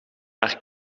haar